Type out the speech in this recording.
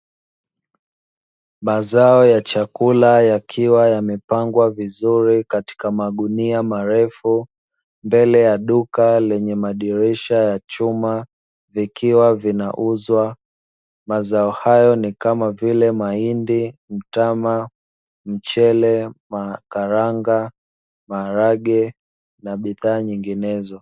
Mazao ya chakula yakiwa yamepangwa vizuri katika magunia marefu, mbele ya duka lenye madirisha ya chuma vikiwa vinauzwa. Mazao hayo ni kama vile: mahindi, mtama, mchele, karanga, maharage, na bidhaa nyinginezo.